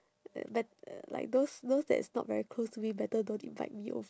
uh but uh like those those that is not very close to me better don't invite me over